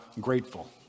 grateful